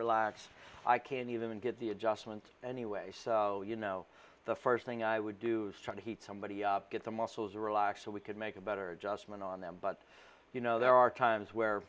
relax i can't even get the adjustment anyway so you know the first thing i would do start to heat somebody up get the muscles relaxed so we could make a better adjustment on them but you know there are times where